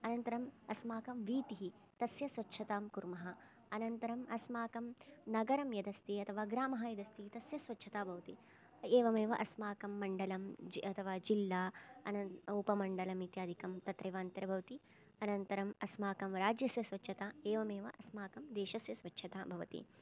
अनन्तरम् अस्माकं वीतिः तस्य स्वच्छतां कुर्मः अनन्तरम् अस्माकं नगरं यदस्ति अथवा ग्रामः यदस्ति तस्य स्वच्छता भवति एवमेव अस्माकं मण्डलम् अथवा जिल्ला उपमण्डलम् इत्यादिकं तत्रैव अन्तर्भवति अनन्तरम् अस्माकं राज्यस्य स्वच्छता एवमेव अस्माकं देशस्य स्वच्छता भवति